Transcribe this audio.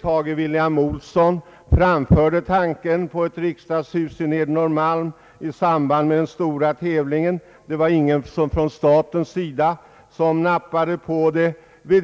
Tage William-Olsson framförde tanken på ett riksdagshus i Nedre Norrmalm i samband med den stora tävlingen. Det var ingen från statens sida som nappade på det då